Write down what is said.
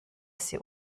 sie